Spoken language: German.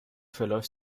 verläuft